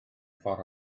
ffordd